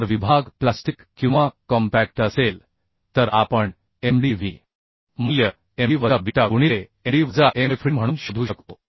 जर विभाग प्लास्टिक किंवा कॉम्पॅक्ट असेल तर आपण Mdv मूल्य Md वजा बीटा गुणिले Md वजा Mfd म्हणून शोधू शकतो